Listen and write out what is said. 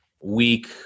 week